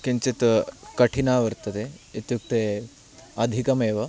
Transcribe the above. किञ्चित् कठिना वर्तते इत्युक्ते अधिकमेव